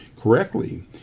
correctly